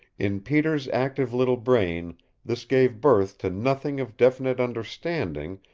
in peter's active little brain this gave birth to nothing of definite understanding,